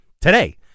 today